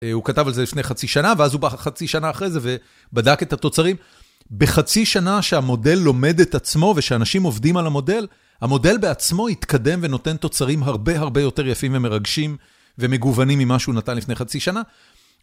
הוא כתב על זה לפני חצי שנה, ואז הוא בא חצי שנה אחרי זה ובדק את התוצרים. בחצי שנה שהמודל לומד את עצמו ושאנשים עובדים על המודל, המודל בעצמו התקדם ונותן תוצרים הרבה הרבה יותר יפים ומרגשים ומגוונים ממה שהוא נתן לפני חצי שנה.